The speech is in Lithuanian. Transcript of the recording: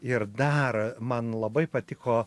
ir dar man labai patiko